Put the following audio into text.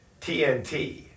TNT